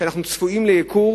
אנחנו צפויים לייקור